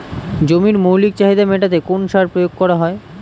জমির মৌলিক চাহিদা মেটাতে কোন সার প্রয়োগ করা হয়?